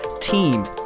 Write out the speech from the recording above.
team